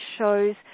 shows